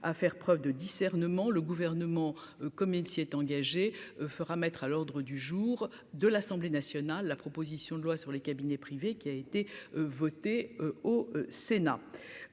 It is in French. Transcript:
à faire preuve de discernement le gouvernement, comme il s'y est engagé, fera mettre à l'ordre du jour de l'Assemblée nationale, la proposition de loi sur les cabinets privés qui a été voté au Sénat,